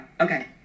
Okay